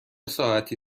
ساعتی